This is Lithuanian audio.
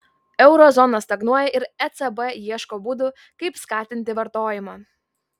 euro zona stagnuoja ir ecb ieško būdų kaip skatinti vartojimą